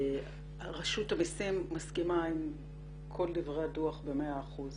רשות המסים מסכימה עם כל דברי הדוח במאה אחוז.